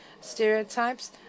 stereotypes